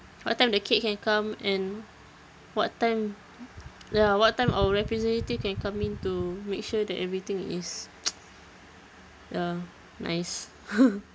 what time the cake can come and what time ya what time our representative can come in to make sure that everything is ya nice